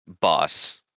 boss